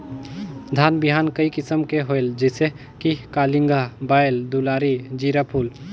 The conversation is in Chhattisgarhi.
धान बिहान कई किसम के होयल जिसे कि कलिंगा, बाएल दुलारी, जीराफुल?